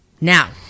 Now